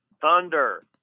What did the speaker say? Thunder